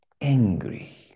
angry